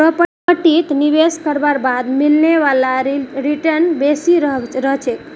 प्रॉपर्टीत निवेश करवार बाद मिलने वाला रीटर्न बेसी रह छेक